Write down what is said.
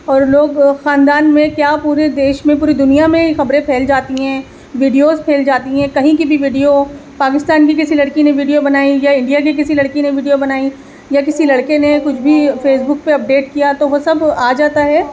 اور لوگ خاندان میں کیا پورے دیش میں پوری دنیا میں خبریں پھیل جاتی ہیں ویڈیوز پھیل جاتی ہیں کہیں کی بھی ویڈیو ہو پاکستان کی کسی لڑکی نے ویڈیو بنائی یا انڈیا کی کسی لڑکی نے ویڈیو بنائی یا کسی لڑکے نے کچھ بھی فیس بک پہ اپڈیٹ کیا تو وہ سب وہ آ جاتا ہے